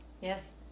Yes